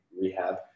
rehab